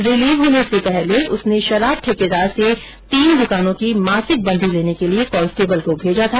relieve होने से पहले उसने शराब ठेकेदार से तीन दुकानों की मासिक बंधी लेने के लिए कांस्टेबल को भेजा था